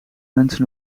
mensen